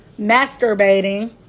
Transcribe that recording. masturbating